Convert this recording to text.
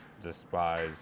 despise